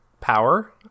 power